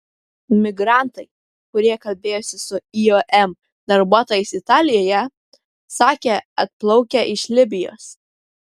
migrantai kurie kalbėjosi su iom darbuotojais italijoje sakė atplaukę iš libijos